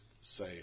say